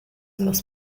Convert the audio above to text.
meus